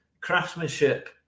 craftsmanship